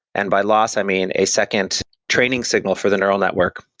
and by loss, i mean a second training signal for the neural network.